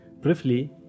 Briefly